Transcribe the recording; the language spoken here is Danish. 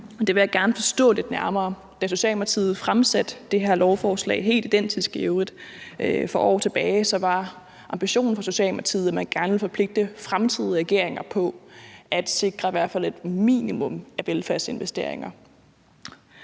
Det vil jeg gerne forstå lidt nærmere. Da Socialdemokratiet fremsatte det her lovforslag, helt identisk i øvrigt, for år tilbage, var ambitionen fra Socialdemokratiets side, at man gerne ville forpligte fremtidige regeringer på at sikre i hvert fald et minimum af velfærdsinvesteringer.